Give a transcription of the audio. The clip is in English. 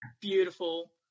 beautiful